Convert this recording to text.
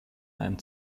einem